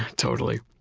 totally.